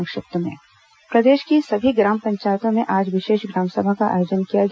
संक्षिप्त समाचार प्रदेश की सभी ग्राम पंचायतों में आज विशेष ग्राम सभा का आयोजन किया गया